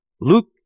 Luke